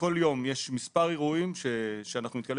כל יום יש מספר אירועים שאנחנו נתקלים